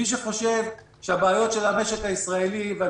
מי שחושב שהבעיות של המשק הישראלי ושל